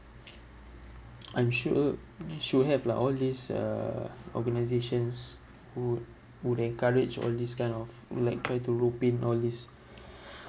I'm sure should have lah all this uh organisations who who encourage all these kind of like try to rope in all these